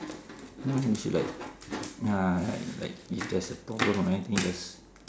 now then she like ya like like if there's a problem or anything just